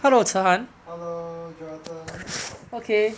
hello jonathan okay